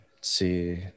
see